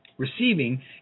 Receiving